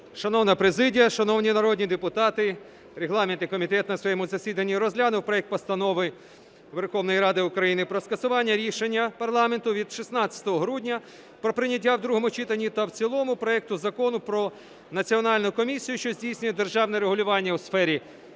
Шановна президія, шановні народні депутати! Регламентний комітет на своєму засідання розглянув проект Постанови Верховної Ради України про скасування рішення парламенту від 16 грудня про прийняття у другому читанні та в цілому проекту Закону про Національну комісію, що здійснює державне регулювання у сферах